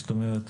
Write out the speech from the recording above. זאת אומרת,